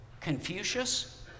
Confucius